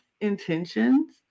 intentions